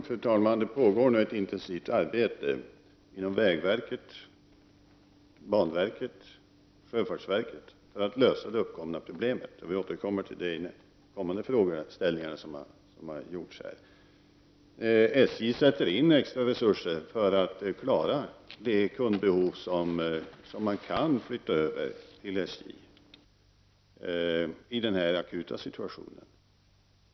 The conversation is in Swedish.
Fru talman! Det pågår nu ett intensivt arbete inom vägverket, banverket och sjöfartsverket för att lösa det uppkomna problemet. Jag återkommer till detta vid besvarandet av nästa fråga. SJ sätter in extra resurser för att klara av det behov av transporter som kunderna har och som är möjliga att flytta över till SJ i denna akuta situation.